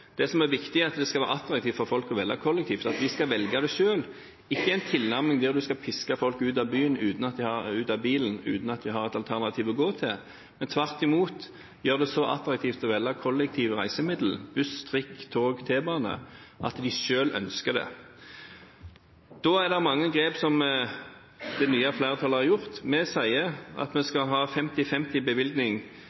Det som er viktig, er at det skal være attraktivt for folk å velge kollektivt, og at de skal velge det selv, ikke en tilnærming der man skal piske folk ut av bilen uten at de har et alternativ å gå til, men tvert imot gjøre det så attraktivt å velge kollektive reisemidler – buss, trikk, tog og T-bane – at folk selv ønsker det. Da er det mange grep som det nye flertallet har gjort. Vi sier at vi skal ha 50–50-bevilgning til store kollektivinfrastrukturinvesteringer i de fire største byene, altså at staten tar 50